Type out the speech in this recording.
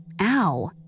Ow